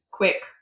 quick